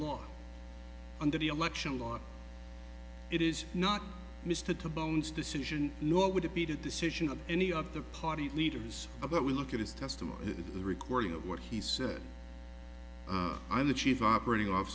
law under the election law it is not mr to bones decision nor would it be to decision of any of the party leaders of that we look at his testimony the recording of what he said i'm the chief operating off